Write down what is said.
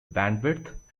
bandwidth